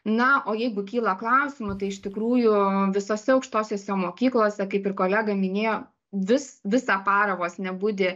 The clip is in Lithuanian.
na o jeigu kyla klausimų tai iš tikrųjų visose aukštosiose mokyklose kaip ir kolega minėjo visvisą parą vos ne budi